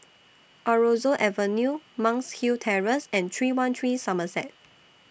Aroozoo Avenue Monk's Hill Terrace and three one three Somerset